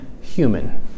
human